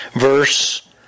verse